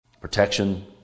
Protection